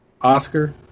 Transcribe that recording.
Oscar